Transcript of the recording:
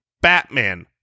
Batman